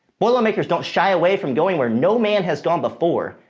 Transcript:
boilermakers don't shy away from going where no man has gone before.